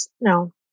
no